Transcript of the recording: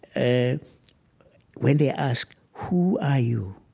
ah when they ask who are you,